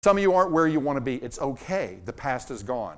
אולי אתם לא איפה שאתם רוצים להיות, אבל זה בסדר, העבר איננו עוד.